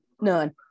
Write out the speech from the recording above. None